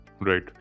Right